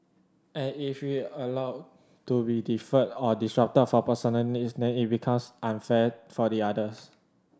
and if we allow to be deferred or disrupted for personal needs then it becomes unfair for the others